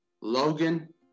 Logan